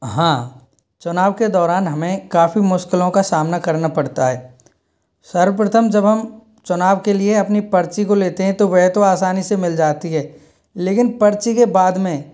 हाँ चुनाव के दौरान हमें काफी मुश्किलों का सामना करना पड़ता है सर्वप्रथम जब हम चुनाव के लिए अपनी पर्ची को लेते हैं तो वह तो आसानी से मिल जाती है लेकिन पर्ची के बाद में